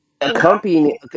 accompanying